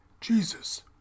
Jesus